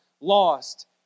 lost